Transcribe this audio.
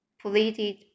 pleaded